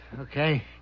Okay